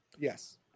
Yes